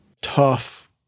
tough